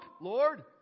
Lord